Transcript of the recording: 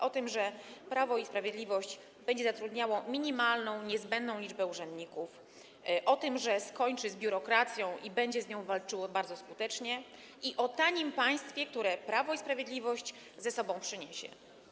O tym, że Prawo i Sprawiedliwość będzie zatrudniało minimalną, niezbędną liczbę urzędników, o tym, że skończy z biurokracją i będzie z nią walczyło bardzo skutecznie, i o tanim państwie, które Prawo i Sprawiedliwość ze sobą przyniesie.